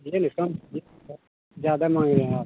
ले लेता ज़्यादा माँग रहे हैं आप